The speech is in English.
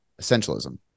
essentialism